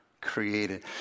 created